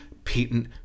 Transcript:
patent